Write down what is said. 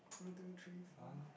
one two three four